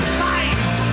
fight